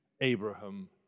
Abraham